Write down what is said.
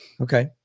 Okay